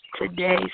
today